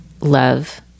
love